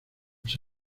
los